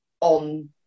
on